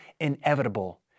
inevitable